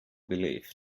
belief